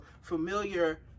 familiar